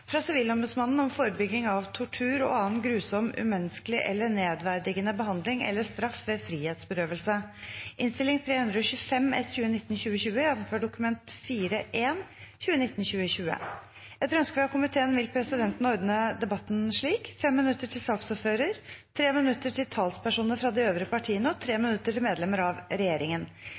fra kontroll- og konstitusjonskomiteen vil presidenten ordne debatten slik: 5 minutter til saksordføreren, 3 minutter til talspersoner fra de øvrige partiene og 3 minutter til medlemmer av regjeringen.